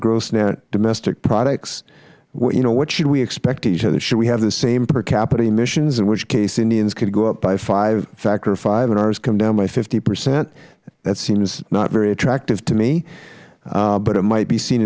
gross domestic products you know what should we expect of each other should we have the same per capita emissions in which case indians could go up by a factor of five and ours come down by fifty percent that seems not very attractive to me but it might be seen